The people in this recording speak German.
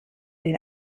den